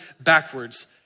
backwards